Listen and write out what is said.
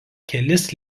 kelis